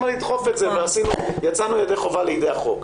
לדחוף את זה ויצאנו ידי חובת החוק.